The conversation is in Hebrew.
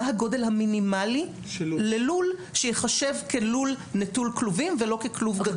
מה הגודל המינימלי ללול שייחשב כלול נטול כלובים ולא ככלוב רגיל.